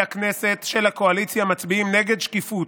הכנסת של הקואליציה מצביעים נגד שקיפות,